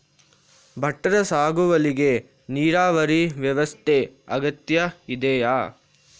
ಭತ್ತದ ಸಾಗುವಳಿಗೆ ನೀರಾವರಿ ವ್ಯವಸ್ಥೆ ಅಗತ್ಯ ಇದೆಯಾ?